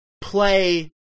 play